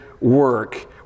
work